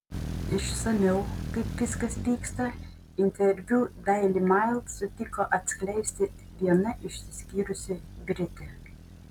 išsamiau kaip viskas vyksta interviu daily mail sutiko atskleisti viena išsiskyrusi britė